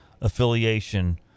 affiliation